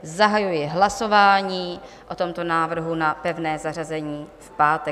Zahajuji hlasování o tomto návrhu na pevné zařazení v pátek.